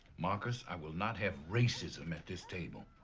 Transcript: marcus, i will not have racism at this table.